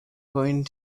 going